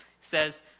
says